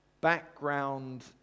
background